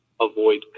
avoid